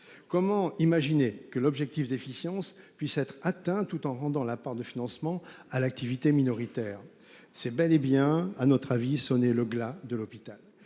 Comment imaginer que l'objectif d'efficience puisse être atteint tout en rendant la part de financement à l'activité minoritaires, c'est bel et bien à notre avis sonner le glas de l'hôpital.